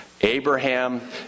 Abraham